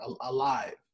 alive